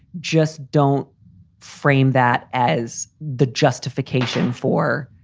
just don't frame that as the justification for.